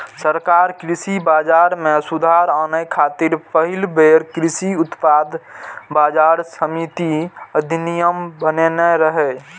सरकार कृषि बाजार मे सुधार आने खातिर पहिल बेर कृषि उत्पाद बाजार समिति अधिनियम बनेने रहै